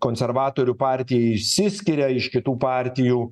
konservatorių partija išsiskiria iš kitų partijų